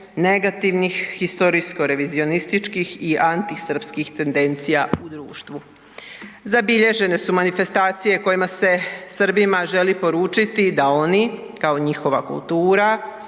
negativnih historijsko-revizionističkih i antisrpskih tendencija u društvu. Zabilježene su manifestacije kojima se Srbima želi poručiti da oni kao njihova kultura